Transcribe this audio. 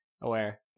aware